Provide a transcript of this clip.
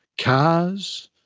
cars,